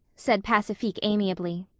said pacifique amiably.